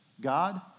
God